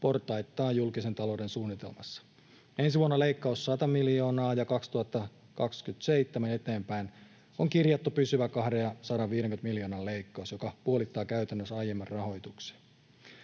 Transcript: portaittain julkisen talouden suunnitelmassa. Ensi vuonna leikkaus on 100 miljoonaa, ja vuodesta 2027 eteenpäin on kirjattu pysyvä 250 miljoonan leikkaus, joka käytännössä puolittaa aiemman rahoituksen.